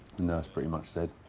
the nurse pretty much said.